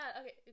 okay